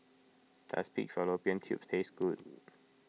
does Pig Fallopian Tubes taste good